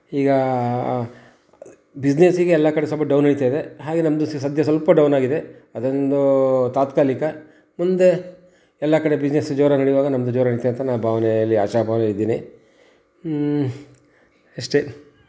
ಈಗ ಆ ಬಿಸ್ನೆಸ್ಸಿಗೆ ಎಲ್ಲ ಕಡೆ ಸ್ವಲ್ಪ ಡೌನ್ ನಡೀತಾಯಿದೆ ಇದೆ ಹಾಗೆ ನಮ್ದು ಸಹ ಸದ್ಯ ಸ್ವಲ್ಪ ಡೌನಾಗಿದೆ ಅದೊಂದೂ ತಾತ್ಕಾಲಿಕ ಮುಂದೆ ಎಲ್ಲ ಕಡೆ ಬಿಸ್ನೆಸ್ಸು ಜೋರಾಗಿ ನಡೆಯುವಾಗ ನಮ್ದು ಜೋರು ನಡೆಯುತ್ತೆ ಅಂತ ನಾ ಭಾವ್ನೆಯಲ್ಲಿ ಆಶಾ ಭಾವ್ನೆಲ್ ಇದ್ದೀನಿ ಅಷ್ಟೇ